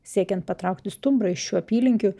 siekiant patraukti stumbrą iš šių apylinkių